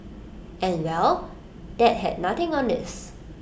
and well that had nothing on this